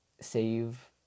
save